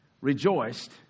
rejoiced